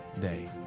day